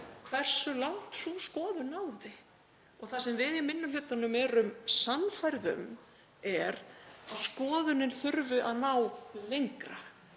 hversu langt sú skoðun náði. Það sem við í minni hlutanum erum sannfærð um er að skoðunin þurfi að ná lengra.